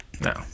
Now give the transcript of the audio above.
no